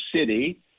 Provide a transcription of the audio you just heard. city